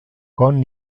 con